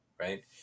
right